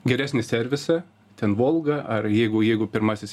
geresnį servisą ten volgą ar jeigu jeigu pirmasis